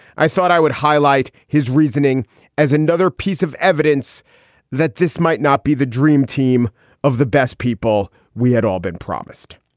i thought i would. i like his reasoning as another piece of evidence that this might not be the dream team of the best people. we had all been promised.